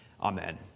Amen